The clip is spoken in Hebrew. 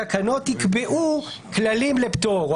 התקנות יקבעו כללים לפטור,